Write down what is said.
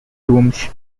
tombs